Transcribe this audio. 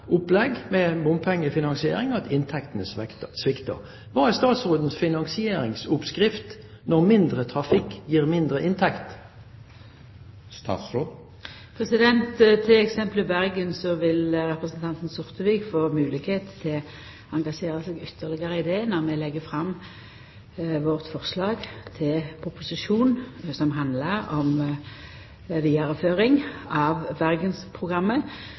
opplegg med bompengefinansiering at inntektene svikter. Hva er statsrådens finansieringsoppskrift når mindre trafikk gir mindre inntekt? Til eksempelet Bergen: Representanten Sortevik vil få moglegheit til å engasjera seg ytterlegare i det når vi legg fram vårt framlegg til proposisjon som handlar om vidareføring av